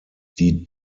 die